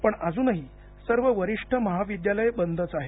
पण अजुनही सर्व वरिष्ठ महाविद्यालय बंदच आहेत